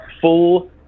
full